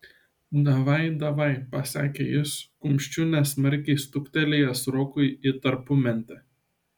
davai davaj pasakė jis kumščiu nesmarkiai stuktelėjęs rokui į tarpumentę